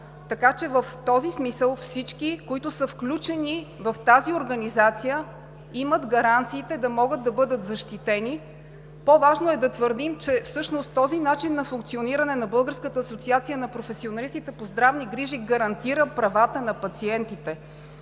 така че в този смисъл всички, които са включени в тази организация, имат гаранциите да могат да бъдат защитени. По важно е да твърдим, че всъщност този начин на функциониране на Българската асоциация на професионалистите по здравни грижи гарантира правата на пациентите,